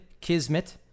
Kismet